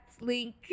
link